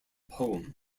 poem